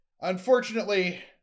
unfortunately